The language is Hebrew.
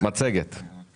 מי